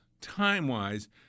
time-wise